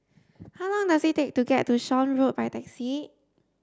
how long does it take to get to Shan Road by taxi